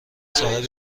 صاحب